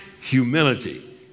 humility